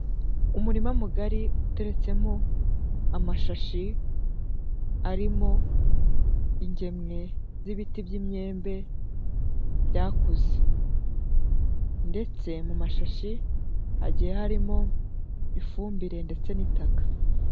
Umurima mugari uteretsemo amashashi arimo ingemwe z'ibiti by'imyembe byakuze, ndetse mu mashashi hagiye harimo ifumbire ndetse n'itaka.